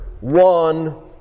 one